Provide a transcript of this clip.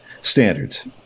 standards